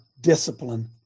discipline